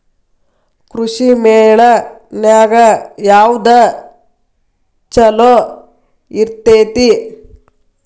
ಕೃಷಿಮೇಳ ನ್ಯಾಗ ಯಾವ್ದ ಛಲೋ ಇರ್ತೆತಿ?